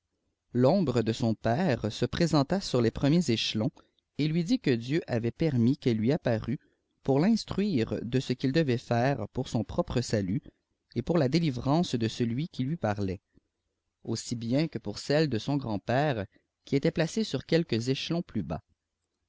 l'ombre de son père se présenta sur les pn niers échelons et lui dit que dieu avait permis qu'elle lui apparût pour l'instruire de ce qu'il devait ftiire pour um propre salut et pour la délivrance de celui qui lui parlait aussi bien que pour celle de son grând pèré qui était placée sur quelque échelons plus bas